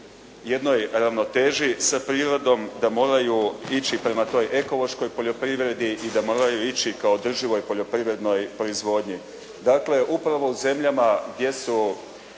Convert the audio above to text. jednoj ravnoteži s prirodom, da moraju ići prema toj ekološkoj poljoprivredi i da moraju ići ka održivoj poljoprivrednoj proizvodnji. Dakle, upravo u zemljama gdje je